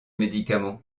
médicament